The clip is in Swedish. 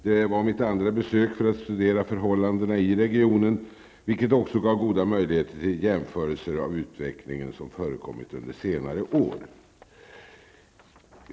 Det var mitt andra besök för att studera förhållandena i regionen, och det gav goda möjligheter till jämförelser beträffande den utveckling som har förekommit under senare år.